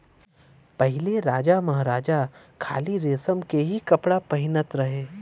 पहिले राजामहाराजा खाली रेशम के ही कपड़ा पहिनत रहे